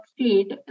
state